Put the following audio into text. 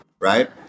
right